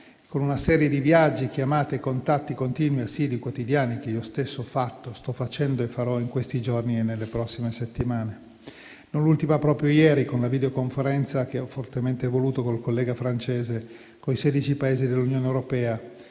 con una serie di viaggi, chiamate e contatti continui, assidui e quotidiani, che io stesso ho fatto, sto facendo e farò in questi giorni e nelle prossime settimane. Non ultima, proprio ieri, una videoconferenza che ho fortemente voluto con il collega francese con i 16 Paesi dell'Unione europea,